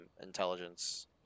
Intelligence